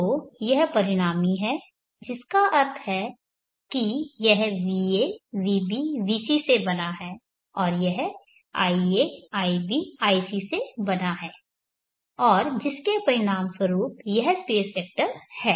तो यह परिणामी है जिसका अर्थ है कि यह va vb vc से बना है और यह ia ib ic से बना है और जिसके परिणामस्वरूप यह स्पेस वेक्टर है